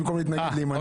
במקום להתנגד להימנע.